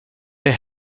det